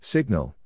Signal